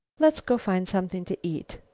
let's go find something to eat.